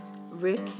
Rick